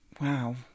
Wow